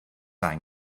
angen